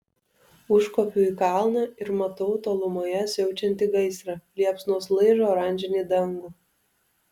užkopiu į kalną ir matau tolumoje siaučiantį gaisrą liepsnos laižo oranžinį dangų